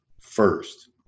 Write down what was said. first